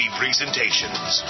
presentations